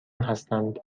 هستند